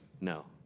no